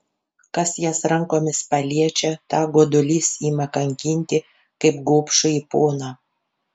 kas jas rankomis paliečia tą godulys ima kankinti kaip gobšųjį poną